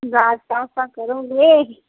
नाश्ता उस्ता करोगी